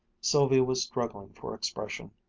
sylvia was struggling for expression.